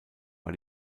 war